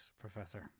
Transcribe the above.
Professor